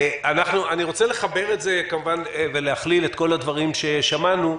אני רוצה לחבר את זה ולהכליל את כל הדברים ששמענו.